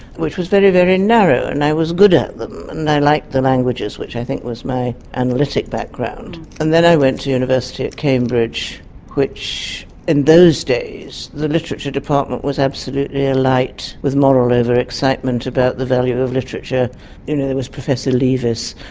which was very, very narrow and i was good at them and i liked the languages, which i think was my analytic background. and then i went to university at cambridge which in those days the literature department was absolutely alight with moral over-excitement about the value of literature. you know there was professor leavis,